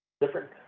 different